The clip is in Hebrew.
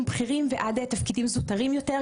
בכירים ועד תפקידים זוטרים יותר,